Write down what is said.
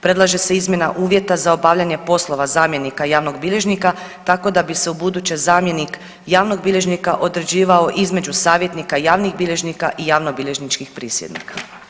Predlaže se izmjena uvjeta za obavljanje poslova zamjenika javnog bilježnika tako da bi se ubuduće zamjenik javnog bilježnika određivao između savjetnika javnih bilježnika i javnobilježničkih prisjednika.